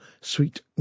Sweet